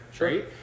right